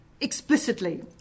explicitly